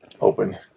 Open